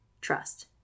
trust